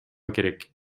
керек